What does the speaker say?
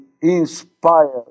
inspired